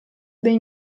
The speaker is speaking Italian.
dei